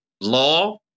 law